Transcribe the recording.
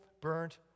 burnt